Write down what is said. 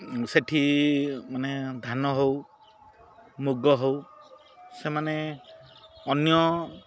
ସେଠି ମାନେ ଧାନ ହଉ ମୁଗ ହଉ ସେମାନେ ଅନ୍ୟ